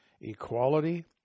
equality